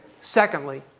secondly